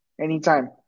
Anytime